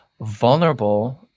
vulnerable